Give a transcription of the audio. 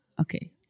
okay